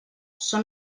són